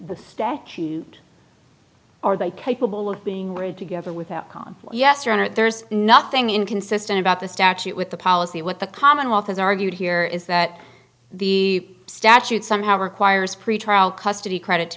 the statute are they capable of being read together without yes your honor there's nothing inconsistent about the statute with the policy what the commonwealth has argued here is that the statute somehow requires pretrial custody credit to